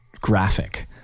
graphic